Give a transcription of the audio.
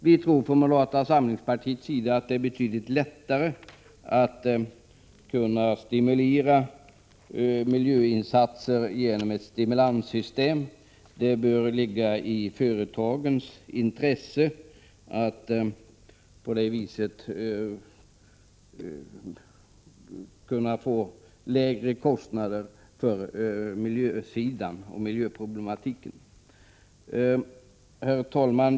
Vi tror från moderata samlingspartiets sida att det är betydligt lättare att stimulera miljöinsatser genom stimulanssystem. Det bör ligga i företagens intresse att få lägre kostnader för miljöproblematiken. Herr talman!